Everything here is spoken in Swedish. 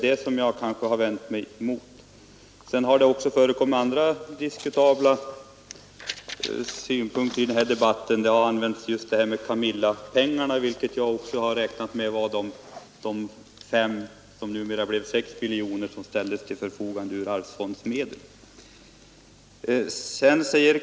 Det har också förekommit andra diskutabla synpunkter i den aktuella debatten. Uttrycket ”Camillapengarna” har t.ex. felaktigt använts. De pengarna anser jag vara de ursprungligen 5 och sedan 6 miljoner som ställts till förfogande av medel ur arvsfonden.